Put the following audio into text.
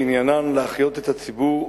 שעניינן להחיות את הציבור,